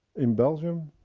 in belgium.